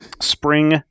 spring